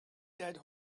dead